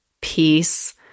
peace